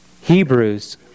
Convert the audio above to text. Hebrews